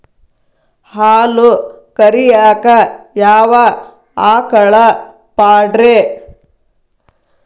ಹಾಲು ಕರಿಯಾಕ ಯಾವ ಆಕಳ ಪಾಡ್ರೇ?